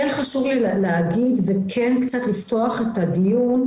כן חשוב לי להגיד וכן קצת לפתוח את הדיון,